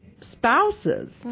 spouses